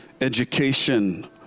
education